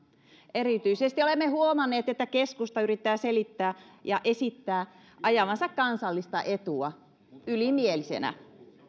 erityisesti olemme huomanneet että keskusta yrittää selittää ja esittää ajavansa kansallista etua ylimielisenä